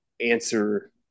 answer